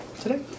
today